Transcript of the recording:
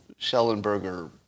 schellenberger